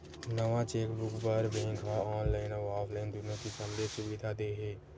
नवा चेकबूक बर बेंक ह ऑनलाईन अउ ऑफलाईन दुनो किसम ले सुबिधा दे हे